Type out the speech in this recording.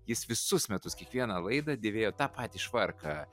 jis visus metus kiekvieną laidą dėvėjo tą patį švarką